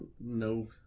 No